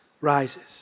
rises